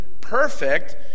perfect